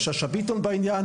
שאשא ביטון.